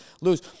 lose